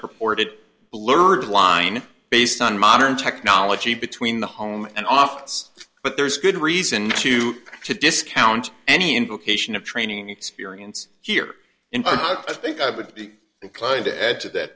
purported blurred line based on modern technology between the home and office but there's good reason to discount any indication of training experience here in i think i would be inclined to add to that